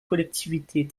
collectivités